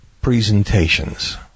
presentations